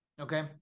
Okay